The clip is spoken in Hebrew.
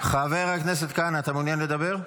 אתה מעוניין לדבר?